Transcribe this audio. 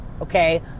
Okay